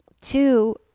two